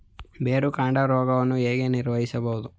ಬೇರುಕಾಂಡ ರೋಗವನ್ನು ಹೇಗೆ ನಿರ್ವಹಿಸಬಹುದು?